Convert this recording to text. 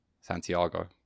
Santiago